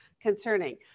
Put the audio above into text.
concerning